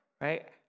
right